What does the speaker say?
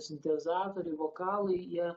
sintezatoriai vokalai jie